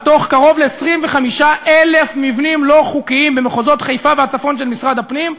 מתוך קרוב ל-25,000 מבנים לא חוקיים במחוזות חיפה והצפון של משרד הפנים,